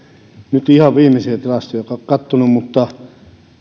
nyt ihan viimeisiä tilastoja ole katsonut mutta